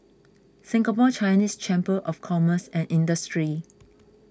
Singapore Chinese Chamber of Commerce and Industry